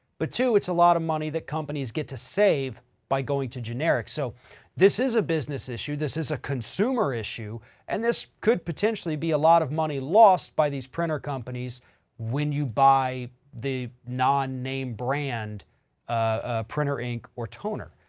but two, it's a lot of money that companies get to save by going to generic. so this is a business issue. this is a consumer issue and this could potentially be a lot of money lost by these printer companies when you buy the non name brand printer ink or toner.